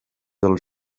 del